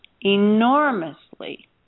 enormously